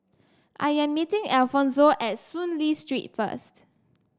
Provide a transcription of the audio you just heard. I am meeting Alfonzo at Soon Lee Street first